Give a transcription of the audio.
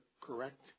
correct